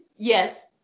yes